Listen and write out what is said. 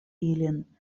ilin